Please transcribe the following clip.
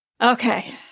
Okay